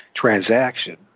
transaction